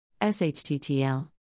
shttl